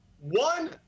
One